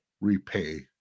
repay